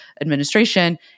administration